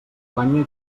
guanya